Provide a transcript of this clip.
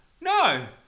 No